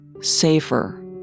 Safer